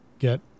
Get